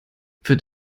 wird